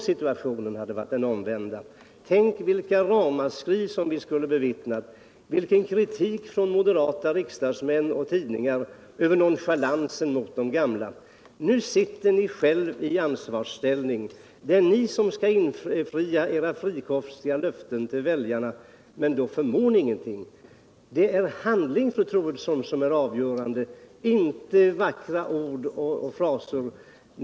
Tänk vilka ramaskrin vi skulle ha hört, vilken kritik vi skulle ha fått från moderata riksdagsmän och tidningar för nonchalansen mot de gamla om situationen hade varit den omvända! Nu sitter ni själva i ansvarsställning. Det är ni som skall infria era frikostiga löften till väljarna — men då förmår ni ingenting. Det är handling, fru Troedsson, som är avgörande, inte vackra ord och fraser.